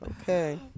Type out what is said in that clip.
Okay